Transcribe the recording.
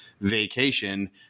vacation